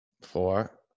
four